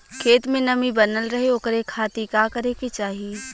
खेत में नमी बनल रहे ओकरे खाती का करे के चाही?